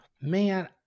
Man